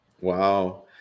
Wow